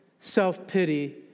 self-pity